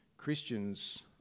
christians